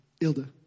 Ilda